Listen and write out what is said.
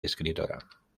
escritora